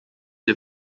the